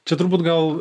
čia turbūt gal